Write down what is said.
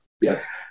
Yes